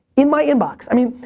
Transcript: in my inbox, i mean.